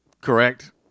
correct